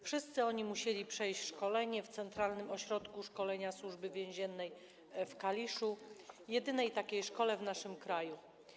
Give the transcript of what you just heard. Wszystkie te osoby musiały przejść szkolenie w Centralnym Ośrodku Szkolenia Służby Więziennej w Kaliszu, jedynej takiej szkole w naszym kraju.